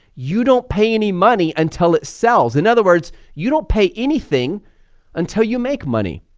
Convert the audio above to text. you don't pay any money until it sells, in other words, you don't pay anything until you make money.